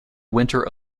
winter